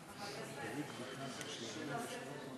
של חבר הכנסת משה גפני